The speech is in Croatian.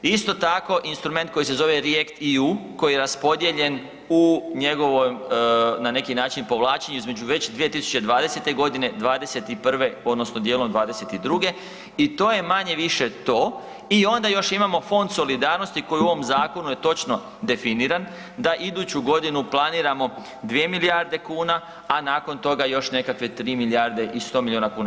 Isto tako i instrument koji se zovi REACT-EU, koji je raspodijeljen u njegovom, na neki način povlačenju između već 2020.g., '21. odnosno dijelom '22. i to je manje-više to i onda još imamo Fond solidarnosti koji u ovom zakonu je točno definiran da iduću godinu planiramo 2 milijarde kuna, a nakon toga još nekakve 3 milijarde i 100 milijuna kuna.